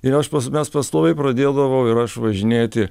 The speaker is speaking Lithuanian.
ir aš pats mes pastoviai pradėdavau ir aš važinėti